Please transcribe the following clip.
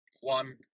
one